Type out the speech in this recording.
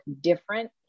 different